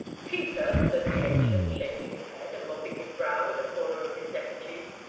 peter, said the ancient, shaking his head, and mopping his brow with a corner of his neckerchief,